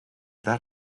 that